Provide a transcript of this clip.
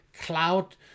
cloud